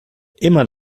immer